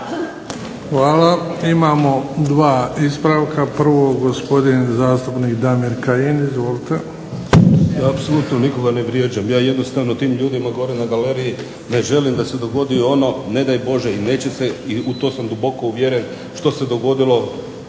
Hvala. Imamo dva ispravka. Prvo gospodin zastupnik Damir Kajin. Izvolite.